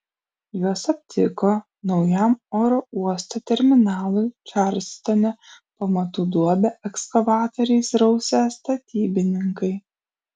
juos aptiko naujam oro uosto terminalui čarlstone pamatų duobę ekskavatoriais rausę statybininkai